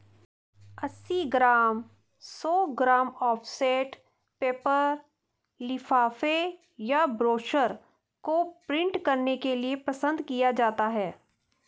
अस्सी ग्राम, सौ gram offset paper लिफाफे या ब्रोशर को प्रिंट करने के लिए पसंद किया जाता है